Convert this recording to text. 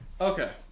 Okay